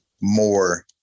more